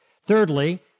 Thirdly